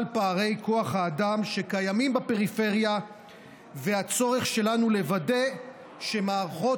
פערי כוח האדם שקיימים בפריפריה והצורך שלנו לוודא שמערכות